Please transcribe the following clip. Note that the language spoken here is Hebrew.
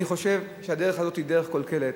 אני חושב שהדרך הזאת היא דרך קלוקלת.